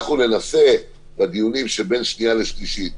אנחנו ננסה בדיונים שבין שנייה לשלישית,